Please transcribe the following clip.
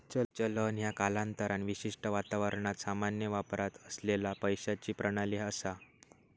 चलन ह्या कालांतरान विशिष्ट वातावरणात सामान्य वापरात असलेला पैशाची प्रणाली असा